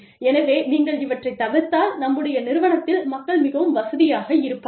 எனவே நீங்கள் இவற்றைத் தவிர்த்தால் நம்முடைய நிறுவனத்தில் மக்கள் மிகவும் வசதியாக இருப்பார்கள்